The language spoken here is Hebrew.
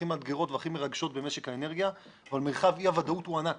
הכי מאתגרות והכי מרגשות במשק האנרגיה אבל מרחב אי הוודאות הוא ענק